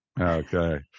Okay